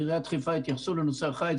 בעיריית חיפה התייחסו לחיץ.